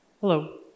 Hello